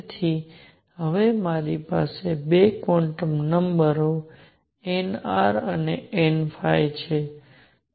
તેથી હવે મારી પાસે 2 ક્વોન્ટમ નંબરો nr અને n છે